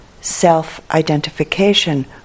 self-identification